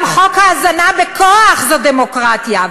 גם חוק ההזנה בכוח זה דמוקרטיה,